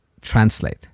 translate